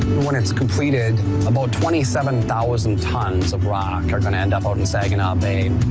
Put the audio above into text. when it's completed about twenty seven thousand tons of rock are going to end up out in saginaw bay.